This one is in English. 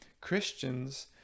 christians